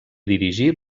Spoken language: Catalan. dirigí